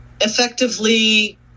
effectively